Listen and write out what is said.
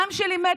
העם שלי מת.